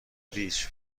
ریچ